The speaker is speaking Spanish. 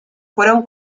fueron